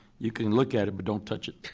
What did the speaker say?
you can look at it but don't touch it.